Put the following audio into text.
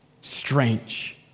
Strange